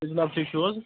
ہے جِناب ٹھیٖک چھُو حظ